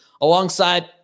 alongside